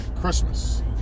Christmas